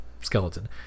skeleton